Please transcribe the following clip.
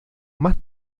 más